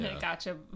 Gotcha